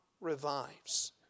revives